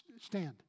stand